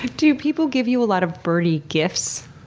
do people give you a lot of birdy gifts?